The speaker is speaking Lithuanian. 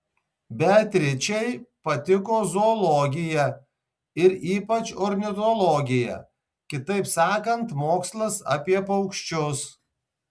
beatričei patiko zoologija ir ypač ornitologija kitaip sakant mokslas apie paukščius